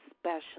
special